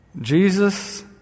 Jesus